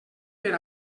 per